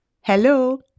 Hello